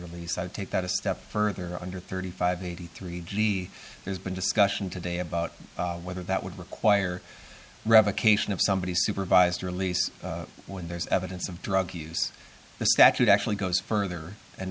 release i'd take that a step further under thirty five eighty three g there's been discussion today about whether that would require revocation of somebody's supervised release when there's evidence of drug use the statute actually goes further and